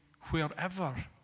wherever